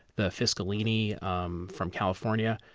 the fiscalini um from california.